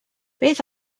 beth